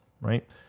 right